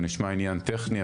זה נשמע עניין טכני,